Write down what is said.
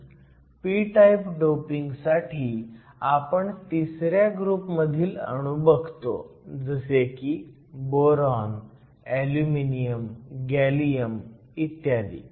म्हणून p type doping साठी आपण तिसऱ्या ग्रुप मधील अणू बघतो जसे की बोरॉन अल्युमिनियम गॅलियम ई